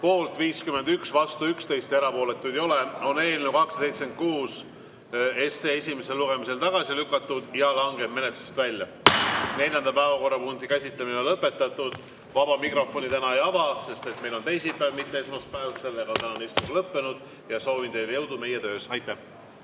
Poolt 51, vastu 11, erapooletuid ei ole, on eelnõu 276 esimesel lugemisel tagasi lükatud ja langeb menetlusest välja. Neljanda päevakorrapunkti käsitlemine on lõpetatud. Vaba mikrofoni täna ei ava, sest meil on teisipäev, mitte esmaspäev. Tänane istung on lõppenud. Soovin teile jõudu meie töös. Aitäh!